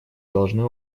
должны